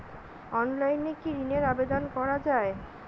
অনলাইনে কি ঋণের আবেদন করা যায়?